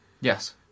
Yes